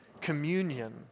communion